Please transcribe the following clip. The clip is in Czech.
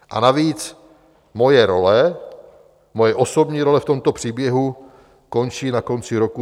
A navíc, moje role, moje osobní role v tomto příběhu končí na konci roku 2007.